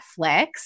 Netflix